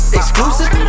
exclusive